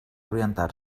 orientar